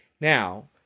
Now